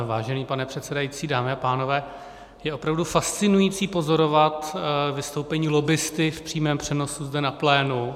Vážený pane předsedající, dámy a pánové, je opravdu fascinující pozorovat vystoupení lobbisty v přímém přenosu zde na plénu.